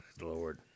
Lord